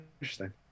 interesting